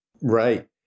Right